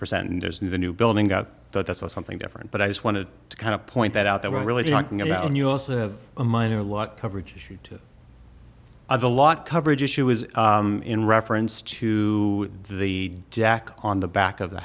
percent and there's a new building out that's something different but i just wanted to kind of point that out that we're really talking about and you also have a minor lot coverage issue too i've a lot coverage issue is in reference to the jack on the back of the